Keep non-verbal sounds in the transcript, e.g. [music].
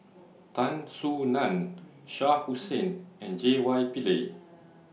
[noise] Tan Soo NAN Shah Hussain and J Y Pillay